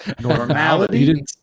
Normality